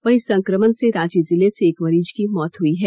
वहीं संक्रमण से रांची जिले से एक मरीज की मौत हई है